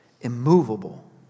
immovable